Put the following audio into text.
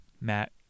Matt